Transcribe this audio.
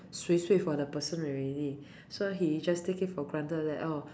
swee swee for the person already so he just take it for granted that oh